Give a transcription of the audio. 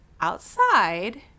outside